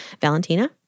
Valentina